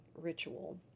ritual